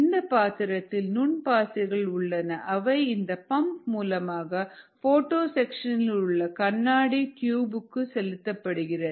இந்த பாத்திரத்தில் நுண் பாசிகள் உள்ளன அவை இந்த பம்ப் மூலமாக போட்டோ செக்ஷனில் உள்ள கண்ணாடி டுபுக்கு செலுத்தப்படுகிறது